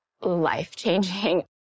life-changing